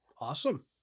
awesome